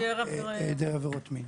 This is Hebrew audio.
היעדר עבירות מין.